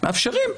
מאפשרים.